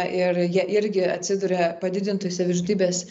ir jie irgi atsiduria padidintoj savižudybės